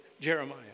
Jeremiah